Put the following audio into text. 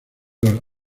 los